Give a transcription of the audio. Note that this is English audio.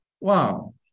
Wow